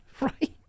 Right